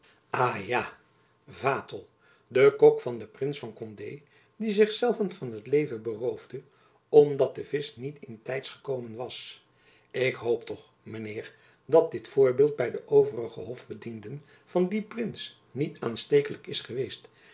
ja vatel de kok van den prins van condé die zich zelven van t leven beroofde om dat de visch niet in tijds gekomen was ik hoop toch mijn heer dat dit voorbeeld by de overige hof bedienden van dien prins niet aanstekelijk is geweest